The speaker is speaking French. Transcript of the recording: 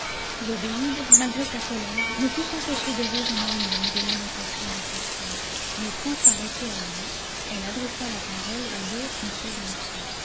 zobéide malgré sa colère ne put s'empêcher de rire en elle-même des lamentations du porteur mais sans s'arrêter à lui elle adressa la parole aux autres une seconde fois